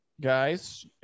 guys